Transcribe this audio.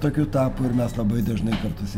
tokiu tapo ir mes labai dažnai kartais